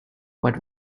what